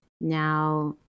now